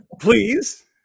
Please